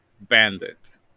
Bandit